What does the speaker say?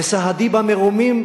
וסהדי במרומים,